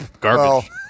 garbage